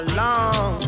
long